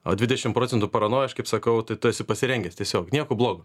o dvidešim procentų paranoja aš kaip sakau tai tu esi pasirengęs tiesiog nieko blogo